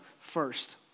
first